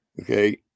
Okay